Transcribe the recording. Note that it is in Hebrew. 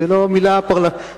זו לא מלה פרלמנטרית.